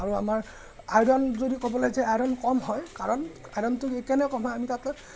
আৰু আমাৰ আইৰণ যদি ক'ব লাগিছে আইৰণ কম হয় কাৰণ আইৰণটো এইকাৰণেই কম হয় আমি তাত